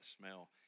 smell